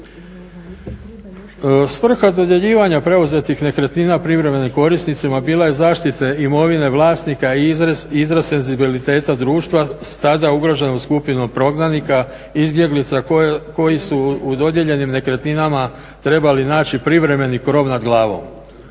Svrha dodjeljivanja preuzetih nekretnina privremenim korisnicima bila je zaštite imovine vlasnika … senzibiliteta društva s tada ugroženom skupinom prognanika, izbjeglica koji su u dodijeljenim nekretninama trebali naći privremeni krov nad glavom.